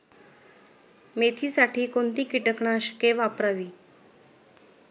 मेथीसाठी कोणती कीटकनाशके वापरावी?